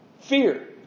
Fear